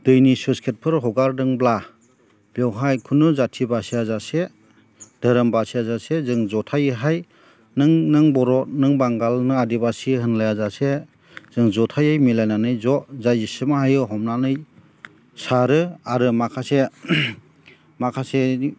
दैनि sluice gate फोर हगारदोंब्ला बेवहाय खुनु जाथि बासियाजासे धोरोम बासियाजासे जों जथायैहाय नों बर' नों बांगाल नों आदिवासी होनलायाजासे जों जथायै मिलायनानै ज' जाय जिसेबां हायो हमनानै सारो आरो माखासे माखासे